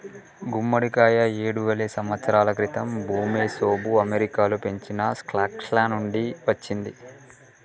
గుమ్మడికాయ ఏడువేల సంవత్సరాల క్రితం ఋమెసోఋ అమెరికాలో పెంచిన స్క్వాష్ల నుండి వచ్చింది